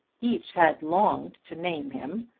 each had longed to name him,